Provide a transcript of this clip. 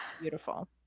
beautiful